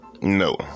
No